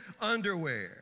underwear